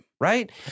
Right